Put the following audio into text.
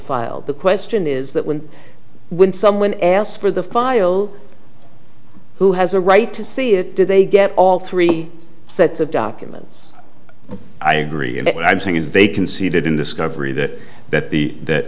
file the question is that when when someone asks for the file who has a right to see it did they get all three sets of documents i agree but what i'm saying is they conceded in discovery that that the that